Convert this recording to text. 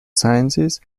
sciences